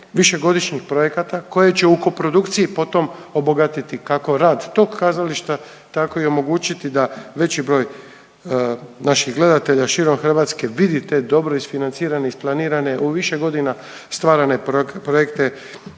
višegodišnjih projekata koje će u koprodukciji po tom obogatiti kako rad tog kazališta tako i omogućiti da veći broj naših gledatelja širom Hrvatske vidi te dobro isfinancirane i isplanirane, u više godina stvarane projekte